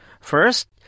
First